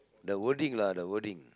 the wording lah the wording